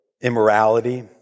immorality